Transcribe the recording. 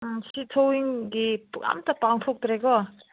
ꯁꯤꯠ ꯁꯣꯋꯤꯡꯒꯤ ꯄꯨꯔꯥ ꯑꯝꯇ ꯄꯥꯡꯊꯣꯛꯇ꯭ꯔꯦꯀꯣ